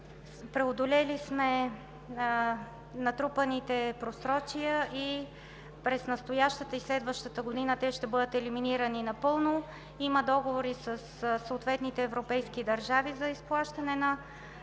преодолели сме натрупаните просрочия и през настоящата и следващата година те ще бъдат елиминирани напълно. Има договори със съответните европейски държави за изплащане на